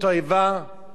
בכלל העליתי אותו.